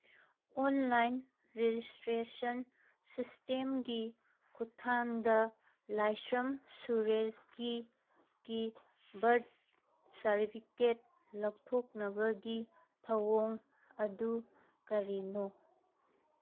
online registration ꯁꯤꯁꯇꯦꯝꯒꯤ ꯈꯨꯠꯊꯥꯡꯗ ꯂꯥꯏꯁ꯭ꯔꯝ ꯁꯨꯔꯦꯁꯒꯤ ꯀꯤ ꯕꯥꯔꯠ ꯁꯔꯇꯤꯐꯤꯀꯦꯠ ꯂꯧꯊꯣꯛꯅꯕꯒꯤ ꯊꯑꯣꯡ ꯑꯗꯨ ꯀꯔꯤꯅꯣ